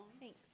Thanks